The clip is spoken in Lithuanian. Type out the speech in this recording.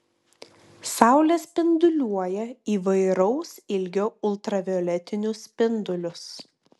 saulė spinduliuoja įvairaus ilgio ultravioletinius spindulius